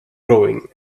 growing